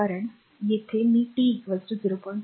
कारण येथे मी t 0